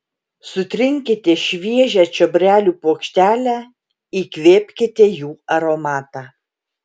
sutrinkite šviežią čiobrelių puokštelę įkvėpkite jų aromatą